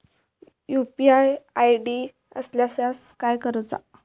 UPI ID इसरल्यास काय करुचा?